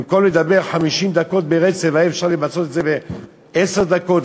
במקום לדבר 50 דקות ברצף היה אפשר למצות את זה בעשר דקות,